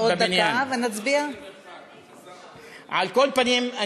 על כל פנים,